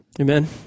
Amen